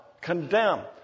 condemn